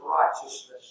righteousness